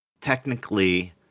technically